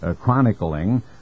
chronicling